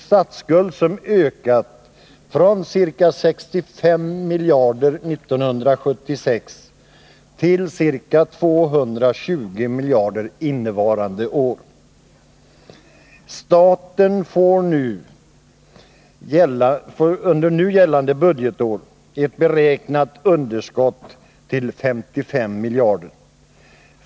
Statsskulden har ökat från ca 65 miljarder 1976 till ca 220 miljarder innevarande år. Statens underskott under innevarande budgetår beräknas till 55 miljarder.